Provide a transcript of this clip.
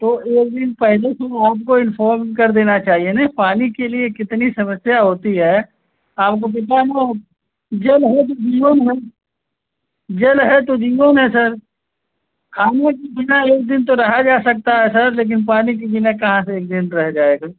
तो एक दिन पहले से आपको इंफ़ॉम कर देना चाहिए न पानी के लिए कितनी समस्या होती है आपको पता है न वो जल है तो जीवन है जल है तो जीवन है सर खाने के बिना एक दिन तो रहा जा सकता है सर लेकिन पानी के बिना कहाँ से एक दिन रहे जाएगा